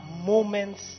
moments